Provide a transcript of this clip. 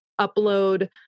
upload